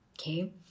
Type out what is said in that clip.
Okay